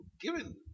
Given